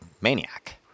maniac